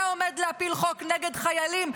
אתה עומד להפיל חוק נגד חיילים,